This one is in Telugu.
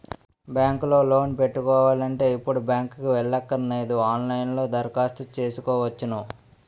బ్యాంకు లో లోను పెట్టాలంటే ఇప్పుడు బ్యాంకుకి ఎల్లక్కరనేదు ఆన్ లైన్ లో దరఖాస్తు సేసుకోవచ్చును